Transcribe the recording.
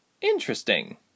Interesting